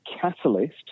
catalyst